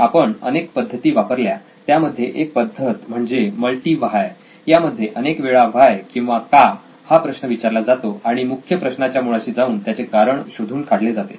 आपण अनेक पद्धती वापरल्या त्यामध्ये एक पद्धत म्हणजे मल्टी व्हाय यामध्ये अनेक वेळा व्हाय किंवा 'का' हा प्रश्न विचारल्या जातो आणि मुख्य प्रश्नाच्या मुळाशी जाऊन त्याचे कारण शोधून काढले जाते